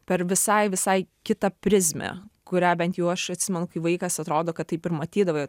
per visai visai kitą prizmę kurią bent jau aš atsimenu kai vaikas atrodo kad taip ir matydavai